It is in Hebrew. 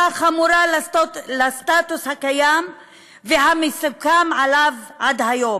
חמורה של הסטטוס הקיים והמסוכם עליו עד היום.